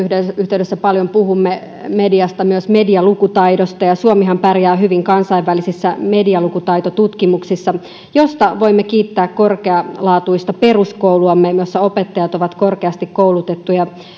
yhteydessä paljon puhumme mediasta myös medialukutaidosta ja suomihan pärjää hyvin kansainvälisissä medialukutaitotutkimuksissa josta voimme kiittää korkealaatuista peruskouluamme jossa opettajat ovat korkeasti koulutettuja ja